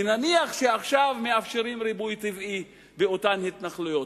ונניח שעכשיו מאפשרים ריבוי טבעי באותן התנחלויות.